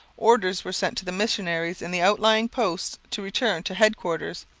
orders were sent to the missionaries in the outlying points to return to headquarters,